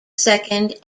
second